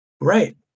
Right